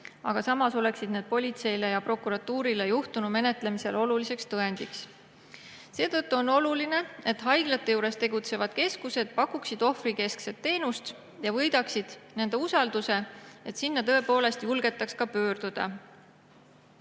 aga samas oleksid need politseile ja prokuratuurile juhtunu menetlemisel oluliseks tõendiks. Seetõttu on oluline, et haiglate juures tegutsevad keskused pakuksid ohvrikeskset teenust ja võidaksid ohvrite usalduse, et sinna tõepoolest julgetaks pöörduda.